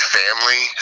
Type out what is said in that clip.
family